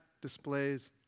displays